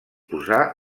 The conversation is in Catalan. posar